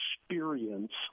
experience